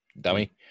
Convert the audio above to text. dummy